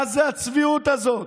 מה זאת הצביעות הזאת?